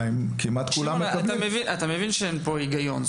שמעון, אתה מבין שאין פה היגיון?